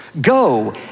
Go